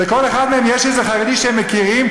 ולכל אחד מהם יש איזה חרדי שהם מכירים,